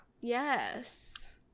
Yes